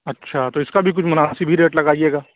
اچھا تو اِس کا بھی کچھ مناسب ہی ریٹ لگائیے گا